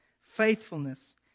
faithfulness